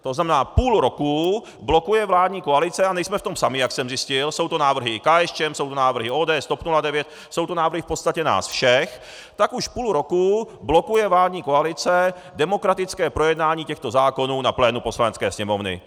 To znamená, půl roku blokuje vládní koalice, a nejsme v tom sami, jak jsem zjistil, jsou to návrhy i KSČM, jsou to návrhy ODS, TOP 09, jsou to návrhy v podstatě nás všech, tak už půl roku blokuje vládní koalice demokratické projednání těchto zákonů na plénu Poslanecké sněmovny.